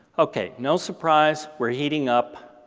okay, no surprise, we're heating up.